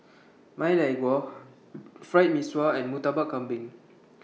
Ma Lai Gao Fried Mee Sua and Murtabak Kambing